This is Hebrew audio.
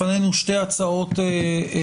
התשפ"א 2020. לפנינו שתי הצעות חוק.